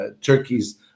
Turkey's